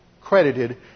credited